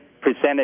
presented